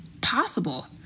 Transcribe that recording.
possible